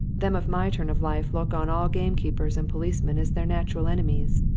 them of my turn of life look on all gamekeepers and policemen as their natural enemies.